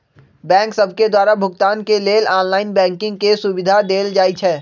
bank सभके द्वारा भुगतान के लेल ऑनलाइन बैंकिंग के सुभिधा देल जाइ छै